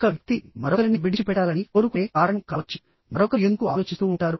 ఒక వ్యక్తి మరొకరిని విడిచిపెట్టాలని కోరుకునే కారణం కావచ్చు మరొకరు ఎందుకు ఆలోచిస్తూ ఉంటారు